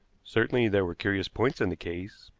certainly there were curious points in the case,